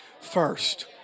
first